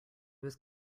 was